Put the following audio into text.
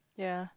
yea